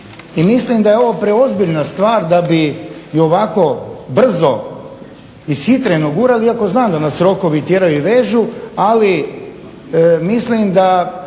mislim da je ovo preozbiljna stvar da bi je ovako brzo ishitreno gurali iako znam da nas rokovi tjeraju i vežu ali mislim da